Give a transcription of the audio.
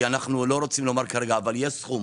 יש סכום